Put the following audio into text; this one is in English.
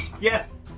Yes